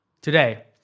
Today